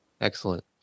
excellent